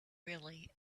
really